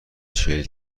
چهل